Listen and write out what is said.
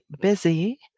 busy